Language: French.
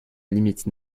limite